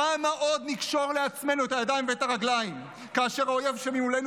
כמה עוד נקשור לעצמנו את הידיים ואת הרגליים כאשר האויב שממולנו